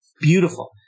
Beautiful